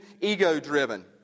ego-driven